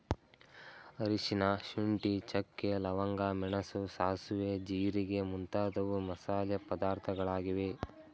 ಅರಿಶಿನ, ಶುಂಠಿ, ಚಕ್ಕೆ, ಲವಂಗ, ಮೆಣಸು, ಸಾಸುವೆ, ಜೀರಿಗೆ ಮುಂತಾದವು ಮಸಾಲೆ ಪದಾರ್ಥಗಳಾಗಿವೆ